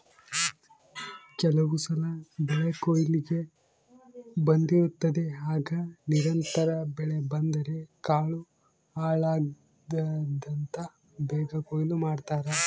ಕೆಲವುಸಲ ಬೆಳೆಕೊಯ್ಲಿಗೆ ಬಂದಿರುತ್ತದೆ ಆಗ ನಿರಂತರ ಮಳೆ ಬಂದರೆ ಕಾಳು ಹಾಳಾಗ್ತದಂತ ಬೇಗ ಕೊಯ್ಲು ಮಾಡ್ತಾರೆ